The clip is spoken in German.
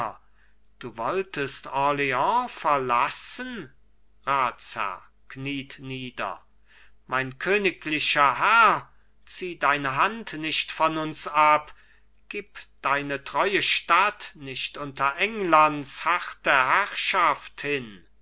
du wolltest orleans verlassen ratsherr kniet nieder mein königlicher herr zieh deine hand nicht von uns ab gib deine treue stadt nicht unter englands harte herrschaft hin